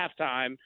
halftime